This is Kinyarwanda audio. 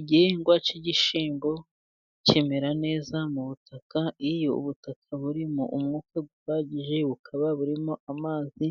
Igihingwa cy'igishyimbo kimera neza mu butaka, iyo ubutaka burimo umwuka uhagije, bukaba burimo amazi